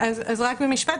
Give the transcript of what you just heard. בבקשה.